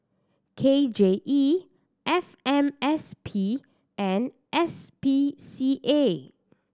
K J E F M S P and S P C A